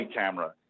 camera